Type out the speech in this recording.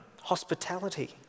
hospitality